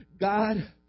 God